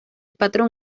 patrón